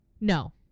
No